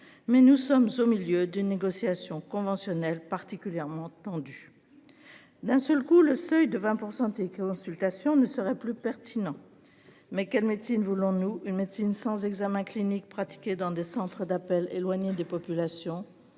mais nous sommes au milieu d'une négociation conventionnelle particulièrement tendue. D'un seul coup le seuil de 20% des consultations ne serait plus pertinent. Mais quelle médecine. Voulons-nous une médecine sans examens cliniques pratiquaient dans des centres d'appels éloignée des populations